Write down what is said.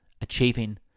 achieving